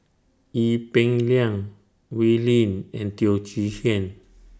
Ee Peng Liang Wee Lin and Teo Chee Hean